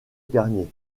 garnier